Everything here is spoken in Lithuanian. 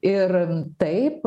ir taip